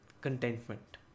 contentment